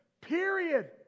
Period